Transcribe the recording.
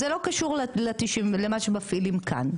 זה לא קשור למה שמפעילים כאן.